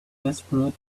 desperate